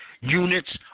Units